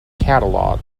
catalogue